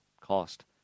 cost